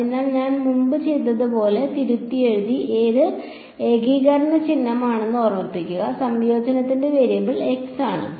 അതിനാൽ ഞാൻ മുമ്പ് ചെയ്തത് ഞാൻ തിരുത്തിയെഴുതി ഇത് ഏകീകരണ ചിഹ്നമാണെന്ന് ഓർമ്മിക്കുക സംയോജനത്തിന്റെ വേരിയബിൾ x ആണ്